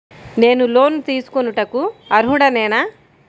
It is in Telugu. నేను లోన్ తీసుకొనుటకు అర్హుడనేన?